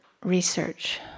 research